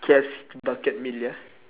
K_F_C bucket meal yeah